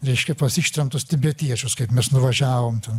reiškia pas ištremtus tibetiečius kaip mes nuvažiavom ten